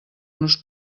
nos